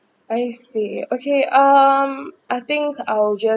I see okay um I think I'll just